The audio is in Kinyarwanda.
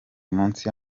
munsi